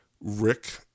Rick